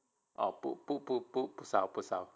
啊不不不不不烧不烧